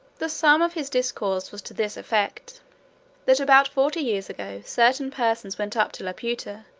the sum of his discourse was to this effect that about forty years ago, certain persons went up to laputa,